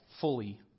fully